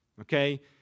Okay